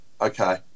Okay